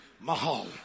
Mahal